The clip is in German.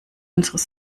unseres